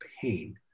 pain